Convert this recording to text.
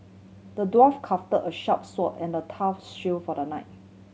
the dwarf crafted a sharp sword and a tough shield for the knight